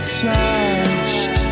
touched